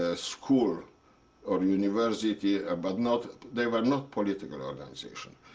ah school or university ah but not there were not political organizations.